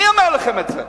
אני אומר לכם את זה.